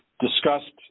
discussed